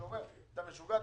אתה משוגע?